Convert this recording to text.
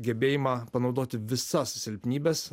gebėjimą panaudoti visas silpnybes